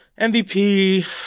MVP